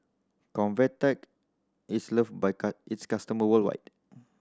Convatec is loved by its customer worldwide